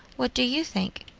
what do you think?